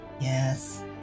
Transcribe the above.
Yes